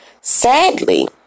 Sadly